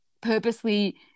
purposely